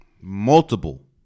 multiple